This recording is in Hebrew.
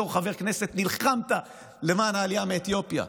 בתור חבר כנסת נלחמת למען העלייה מאתיופיה.